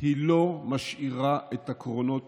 היא לא משאירה את הקרונות